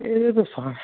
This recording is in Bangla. এবছর তো শাক